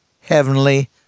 heavenly